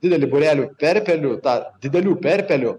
didelį būrelių perpelių tą didelių perpelių